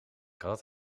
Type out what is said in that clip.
kat